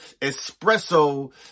espresso